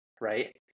right